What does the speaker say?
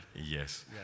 Yes